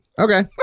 okay